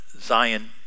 Zion